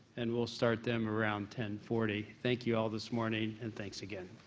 and we'll start them around ten forty. thank you all this morning, and thanks again.